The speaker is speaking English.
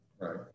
Right